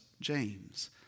James